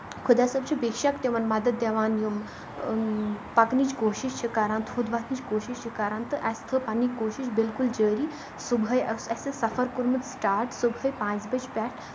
خدا صٲب چھُ بے شک تِمن مدد دِوان یِم پَکنٕچ کوٗشِش چھِ کران تھوٚد وۄتھنٕچ کوٗشِش چھِ کران تہٕ اَسہِ تھٲو پَنٕنۍ یہِ کوٗشِش بِلکُل جٲری صُبحٲے اوس اَسہِ سفر کوٚرمُت سٔٹاٹ صُبحٲے پانژِ بَجہِ پٮ۪ٹھ